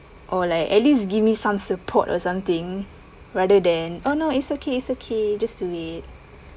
or like at least give me some support or something rather than oh no it's okay it's okay just do it